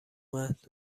اومد